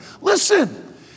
listen